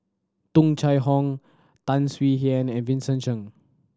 Tung Chye Hong Tan Swie Hian and Vincent Cheng